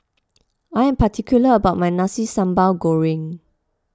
I am particular about my Nasi Sambal Goreng